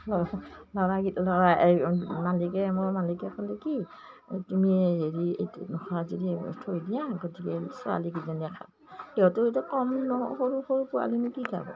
ল'ৰা ল'ৰা এই মালিকে মোৰ মালিকে ক'লে কি তুমি হেৰি এইতো নোখোৱা যদি থৈ দিয়া গতিকে ছোৱালীকেইজনীয়ে খাব সিহঁতো এতিয়া কম নহয় সৰু সৰু পোৱালিয়েনো কি খাব